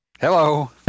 Hello